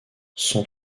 son